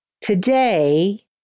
Today